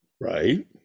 Right